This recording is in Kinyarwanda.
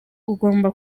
ugomba